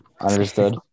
Understood